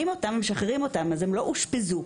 אותם ובסוף משחררים אותם והם לא אושפזו.